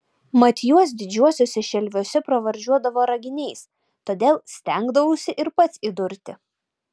mat juos didžiuosiuose šelviuose pravardžiuodavo raginiais todėl stengdavausi ir pats įdurti